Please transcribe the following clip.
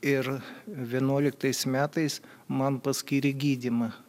ir vienuoliktais metais man paskyrė gydymą